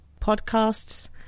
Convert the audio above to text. Podcasts